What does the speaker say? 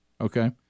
Okay